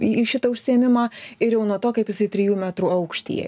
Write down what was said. į į šitą užsiėmimą ir jau nuo to kaip jisai trijų metrų aukštyje